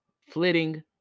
flitting